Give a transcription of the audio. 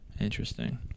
Interesting